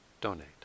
donate